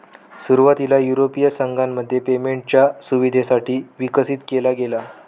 सुरुवातीला युरोपीय संघामध्ये पेमेंटच्या सुविधेसाठी विकसित केला गेला